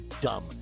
dumb